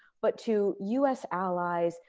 but to u s. allies,